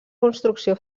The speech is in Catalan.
construcció